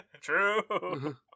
True